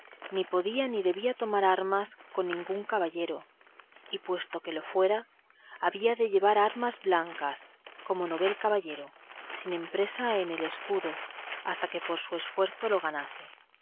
ni podía ni debía tomar armas con ningún caballero y puesto que lo fuera había de llevar armas blancas como novel caballero sin empresa en el escudo hasta que por su esfuerzo la ganase